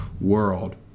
world